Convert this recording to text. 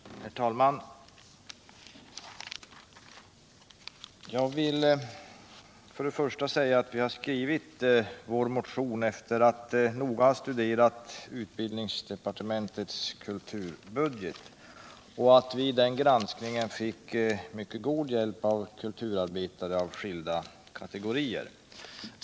Herr talman! Först och främst vill jag säga att vi skrivit vår motion efter aut noga ha studerat utbildningsdepartementets kulturbudget. I den granskningen fick vi mycket god hjälp av kulturarbetare av skilda kategorier.